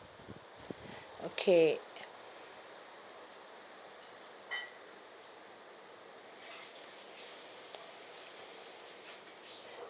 okay